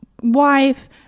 wife